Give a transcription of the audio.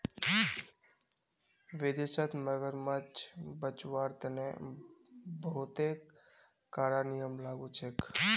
विदेशत मगरमच्छ बचव्वार तने बहुते कारा नियम लागू छेक